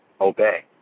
Obey